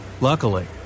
Luckily